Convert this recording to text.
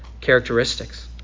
characteristics